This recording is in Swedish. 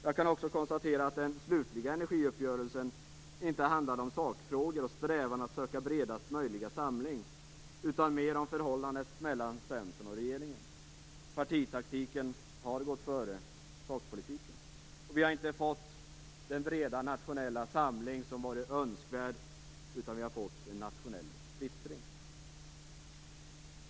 Jag kan också konstatera att den slutliga energiuppgörelsen inte handlade om sakfrågor och strävan att söka bredast möjliga samling utan mer om förhållandet mellan Centern och regeringen. Partitaktiken har gått före sakpolitiken. Vi har inte fått den breda nationella samling som hade varit önskvärd, utan vi har fått en nationell splittring.